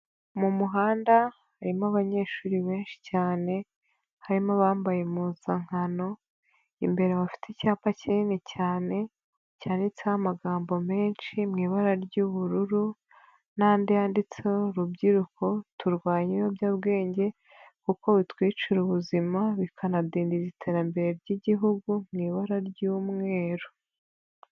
Mu muhanda harimo abanyeshuri benshi cyane, harimo abambaye impuzankano, imbere bafite icyapa kinini cyane, cyanditseho amagambo menshi mu ibara ry'ubururu n'andi yanditseho:" Rubyiruko turwanye ibiyobyabwenge kuko bitwicira ubuzima, bikanadindiza iterambere ry'Igihugu" mu ibara ry'umweru.